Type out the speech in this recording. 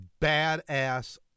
badass